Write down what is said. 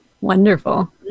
Wonderful